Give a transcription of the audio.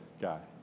guy